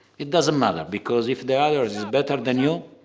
it doesn't matter because if the others are better than you,